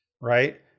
Right